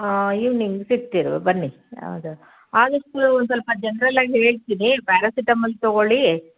ಹಾಂ ಈವಿನಿಂಗ್ ಸಿಕ್ತಿರು ಬನ್ನಿ ಹೌದು ಆದಷ್ಟು ಒಂದು ಸ್ವಲ್ಪ ಜನ್ರಲ್ಲಾಗಿ ಹೇಳ್ತೀನಿ ಪ್ಯಾರಾಸಿಟಮಲ್ ತಗೊಳ್ಳಿ